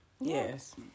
Yes